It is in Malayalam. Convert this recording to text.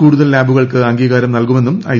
കൂടുതൽ ലാബുകൾക്ക് അംഗീകാരം നൽകുമെന്നും ഐ